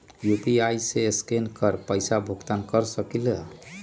UPI से scan कर पईसा भुगतान कर सकलीहल?